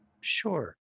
sure